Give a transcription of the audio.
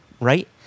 Right